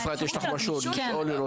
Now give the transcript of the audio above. אפרת, יש לך עוד משהו לשאול?